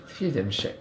feels damn shag